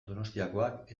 donostiakoak